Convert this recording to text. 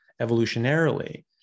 evolutionarily